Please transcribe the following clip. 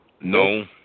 No